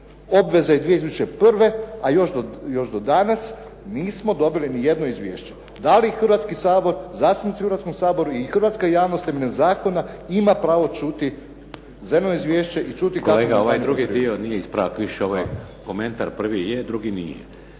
obveze iz 2001. a još do danas nismo dobili nijedno izvješće. Da li Hrvatski sabor, zastupnici u Hrvatskom saboru i hrvatska javnost temeljem zakona ima pravo čuti zeleno izvješće i čuti …/Govornik se ne razumije./… **Šeks, Vladimir (HDZ)** Kolega, ovaj drugi dio